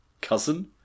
cousin